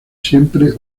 siempre